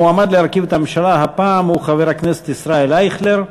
המועמד להרכיב את הממשלה הפעם הוא חבר הכנסת ישראל אייכלר.